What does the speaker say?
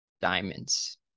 diamonds